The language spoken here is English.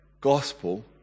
gospel